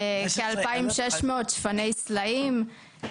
כ-2,600 שפני סלעים,